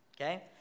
okay